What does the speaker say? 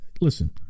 listen